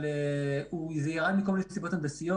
אבל החלופה ירדה מכל מיני סיבות הנדסיות.